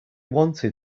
wanted